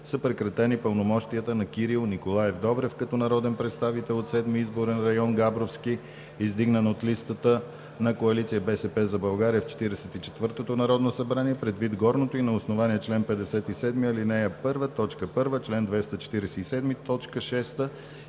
са прекратени пълномощията на Кирил Николаев Добрев като народен представител от Седми изборен район – Габровски, издигнат от листата на Коалиция „БСП за България“ в Четиридесет и четвъртото народно събрание. Предвид горното и на основание чл. 57, ал. 1, т. 1, чл. 247,